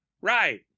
right